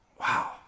Wow